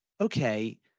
okay